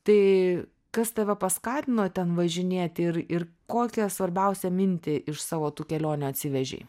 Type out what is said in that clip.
tai kas tave paskatino ten važinėti ir ir kokią svarbiausią mintį iš savo tų kelionių atsivežei